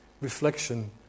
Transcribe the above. reflection